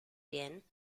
bien